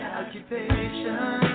occupation